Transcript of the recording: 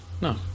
No